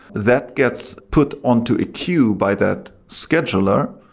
that gets put on to a queue by that scheduler,